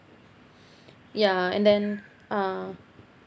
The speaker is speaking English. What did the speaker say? ya and then uh